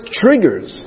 triggers